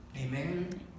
Amen